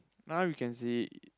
now you can see